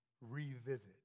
revisit